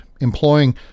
employing